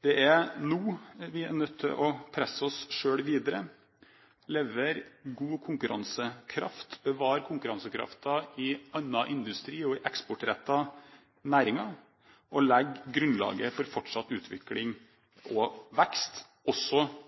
Det er nå vi er nødt til å presse oss selv videre, levere god konkurransekraft, bevare konkurransekraften i annen industri og i eksportrettede næringer og legge grunnlaget for fortsatt utvikling og vekst, også